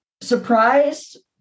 Surprised